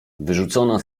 wyrzucona